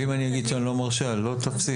ואם אני אגיד שאני לא מרשה, לא תאמרי?